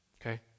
Okay